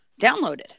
downloaded